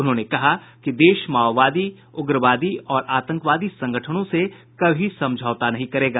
उन्होंने कहा कि देश माओवादी उग्रवादी और आतंकवादी संगठनों से कभी समझौता नहीं करेगा